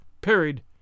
parried